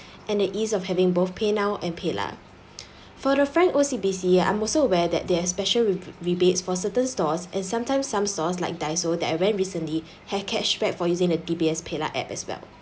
and the ease of having both PayNow and PayLah for the front O_C_B_C I'm also aware that they're special with r~ rebates for certain stores and sometimes some stores like Daiso that I went recently had cashback for using the D_B_S PayLah app as well